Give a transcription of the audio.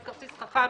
עם כרטיס חכם